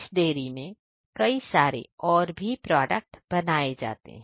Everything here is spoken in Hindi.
इस डेरी में कई सारे और भी प्रोडक्ट बनते हैं